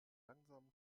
langsamen